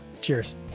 Cheers